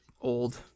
old